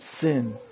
sin